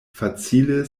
facile